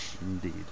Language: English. Indeed